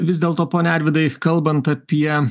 vis dėl to pone arvydai kalbant apie